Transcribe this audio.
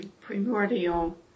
primordial